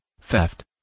theft